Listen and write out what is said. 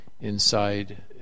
inside